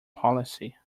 policy